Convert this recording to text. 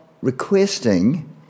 requesting